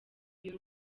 y’u